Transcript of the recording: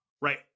Right